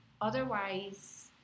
otherwise